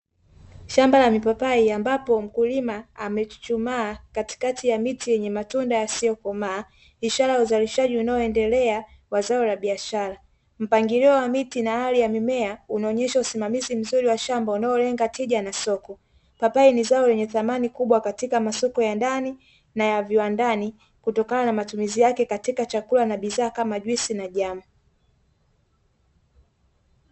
Shamba la mipapai ambapo mkulima amechuchumaakatikati ya miti yenye matunda yasiyokomaa, ishara ya uzalishaji unaoendelea wa zao la biashara, mpangilio wa miti na hali ya mimea unaonyesha usimamizi mzuri wa shamba unaolenga tija na soko, papai ni zao lenye thamani kubwa katika masoko ya ndani na ya viwandani, kutokana na matumizi yake katika chakula na bidhaa kama juisi na jam.